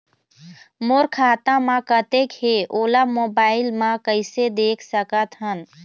मोर खाता म कतेक हे ओला मोबाइल म कइसे देख सकत हन?